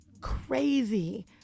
crazy